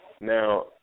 Now